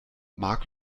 marc